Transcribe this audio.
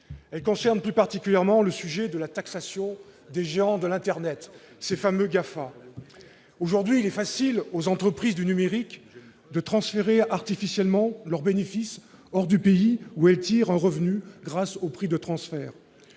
concerne plus particulièrement le sujet de la taxation des géants de l'internet, ces fameux GAFA aujourd'hui, il est facile aux entreprises du numérique de transférer artificiellement leurs bénéfices hors du pays où elle tire un revenu grâce au prix de transfert,